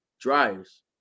dryers